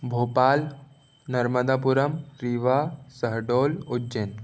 Bhopal Narmadapuram Rewa Shahdol Ujjain